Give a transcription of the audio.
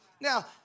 Now